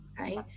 okay